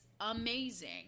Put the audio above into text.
amazing